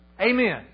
Amen